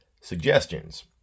suggestions